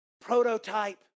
prototype